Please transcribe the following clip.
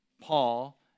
Paul